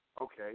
Okay